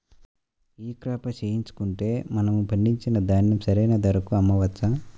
ఈ క్రాప చేయించుకుంటే మనము పండించిన ధాన్యం సరైన ధరకు అమ్మవచ్చా?